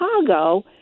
Chicago